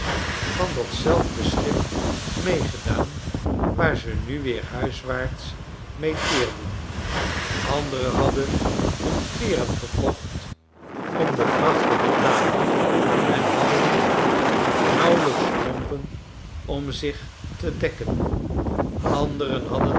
van datzelfde schip meegedaan waar ze nu weer huiswaarts mee keerden anderen hadden hun kleeren verkocht om de vracht te betalen en hadden nauwelijks lompen om zich te dekken anderen hadden